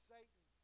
Satan